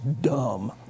dumb